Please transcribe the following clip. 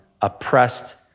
oppressed